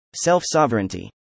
Self-sovereignty